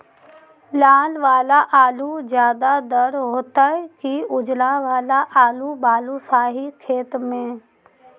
लाल वाला आलू ज्यादा दर होतै कि उजला वाला आलू बालुसाही खेत में?